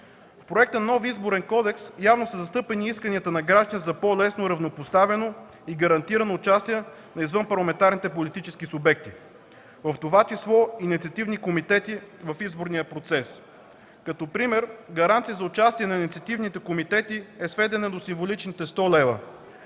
В проекта за нов Изборен кодекс явно са застъпени исканията на гражданите за по-лесно, равнопоставено и гарантирано участие в изборния процес на извънпарламентарни политически субекти, в това число инициативни комитети. Като пример: гаранцията за участие на инициативните комитети е сведена до символичните 100 лв.,